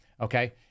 okay